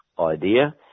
idea